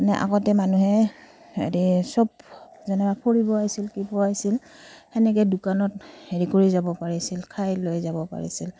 মানে আগতে মানুহে হেৰি চব যেনেকৈ ফুৰিব আহিছিল আহিছিল সেনেকৈ দোকানত হেৰি কৰি যাব পাৰিছিল খাই লৈ যাব পাৰিছিল